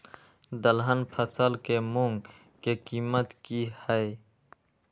दलहन फसल के मूँग के कीमत की हय?